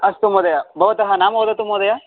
अस्तु महोदय भवतः नाम वदतु महोदय